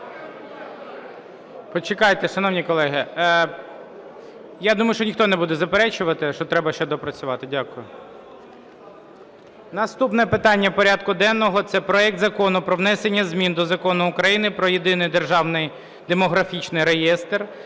Почекайте, шановні колеги, я думаю, що ніхто не буде заперечувати, що треба ще доопрацювати. Дякую. Наступне питання порядку денного – це проект Закону про внесення змін до Закону України "Про Єдиний державний демографічний реєстр